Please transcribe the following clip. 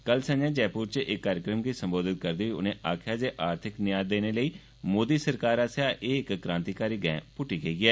कल संझा जयपुर च इक कार्यक्रम गी संबोधित करदे होई उने आक्खेआ जे आर्थिक न्या देने लेई मोदी सरकार आस्सेआ ए इक क्रांतिकारी गैं ट्टी गेई ऐ